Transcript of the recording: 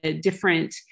different